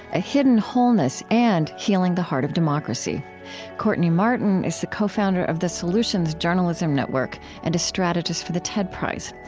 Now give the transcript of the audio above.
a hidden wholeness, and healing the heart of democracy courtney martin is the co-founder of the solutions solutions journalism network and a strategist for the ted prize.